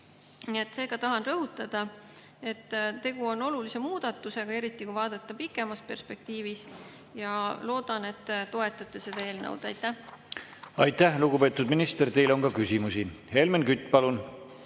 Seega tahan rõhutada, et tegu on olulise muudatusega, eriti kui vaadata seda pikemas perspektiivis, ja loodan, et toetate eelnõu. Aitäh! Aitäh, lugupeetud minister! Teile on ka küsimusi. Helmen Kütt, palun!